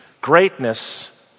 Greatness